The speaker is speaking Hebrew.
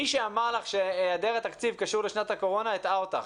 מי שאמר לך שהיעדר התקציב קשור לשנת הקורונה הטעה אותך,